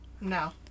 no